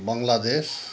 Bangladesh